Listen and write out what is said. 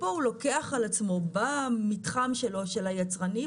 ופה הוא לוקח על עצמו במתחם שלו של היצרני,